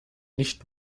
nicht